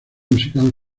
musical